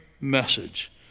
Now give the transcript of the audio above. message